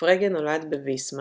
פרגה נולד בוויסמר.